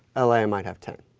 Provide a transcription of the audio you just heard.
ah la i might have ten.